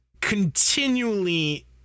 continually